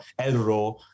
Elro